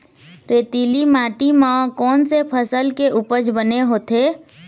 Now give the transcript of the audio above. रेतीली माटी म कोन से फसल के उपज बने होथे?